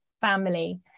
family